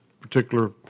particular